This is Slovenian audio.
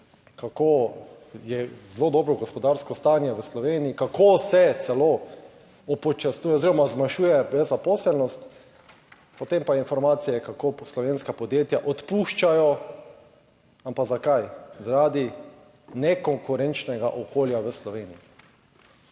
kako je zelo dobro gospodarsko stanje v Sloveniji, kako se celo upočasnjuje oziroma zmanjšuje brezposelnost, potem pa informacije kako slovenska podjetja odpuščajo. Ampak zakaj? Zaradi nekonkurenčnega okolja v Sloveniji.